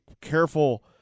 careful